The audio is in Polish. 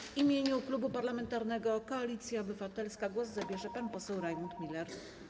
W imieniu Klubu Parlamentarnego Koalicja Obywatelska głos zabierze pan poseł Rajmund Miller.